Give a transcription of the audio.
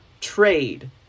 trade